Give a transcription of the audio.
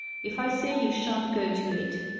if i say you shan't go to it,